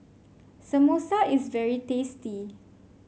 samosa is very tasty